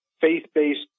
faith-based